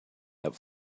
that